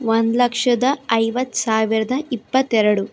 ಒಂದು ಲಕ್ಷದ ಐವತ್ತು ಸಾವಿರದ ಇಪ್ಪತ್ತೆರಡು